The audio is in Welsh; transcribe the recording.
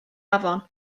afon